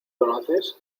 conoces